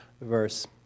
verse